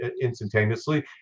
instantaneously